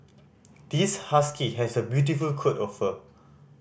this husky has a beautiful coat of fur